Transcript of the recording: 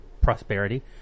prosperity